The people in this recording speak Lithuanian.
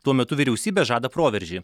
tuo metu vyriausybė žada proveržį